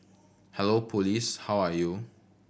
hello police how are you